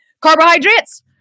carbohydrates